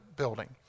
building